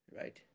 right